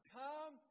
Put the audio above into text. come